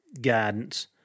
guidance